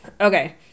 Okay